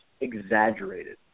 exaggerated